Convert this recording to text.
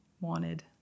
wanted